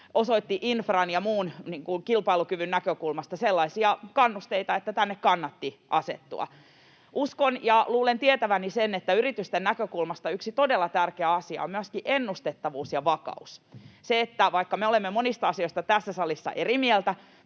osoitti infran ja muun kilpailukyvyn näkökulmasta sellaisia kannusteita, että tänne kannatti asettua. Uskon ja luulen tietäväni sen, että yritysten näkökulmasta yksi todella tärkeä asia on myöskin ennustettavuus ja vakaus, se, että vaikka me olemme monista asioista tässä salissa eri mieltä,